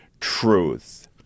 truth